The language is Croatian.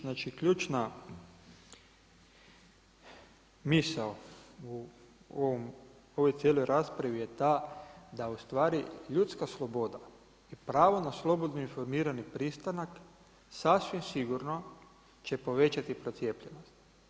Znači ključna misao u ovoj cijeloj raspravi je ta da u stvari ljudska sloboda i pravo na slobodni informirani pristanak sasvim sigurno će povećati procijepljenost.